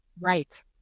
Right